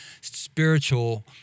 spiritual